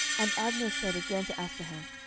and abner said again to asahel,